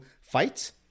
fights